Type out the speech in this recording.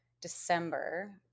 December